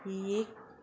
ही एक